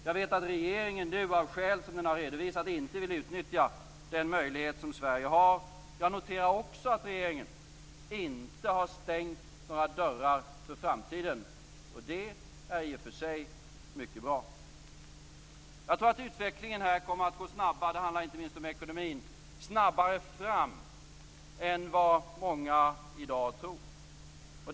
Jag vet att regeringen nu, av skäl som den har redovisat, inte vill utnyttja den möjlighet som Sverige har. Jag noterar också att regeringen inte har stängt några dörrar för framtiden, och det är i och för sig mycket bra. Jag tror att utvecklingen här kommer att gå snabbare fram - det handlar inte minst om ekonomin - än vad många i dag tror.